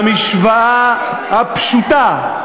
המשוואה הפשוטה,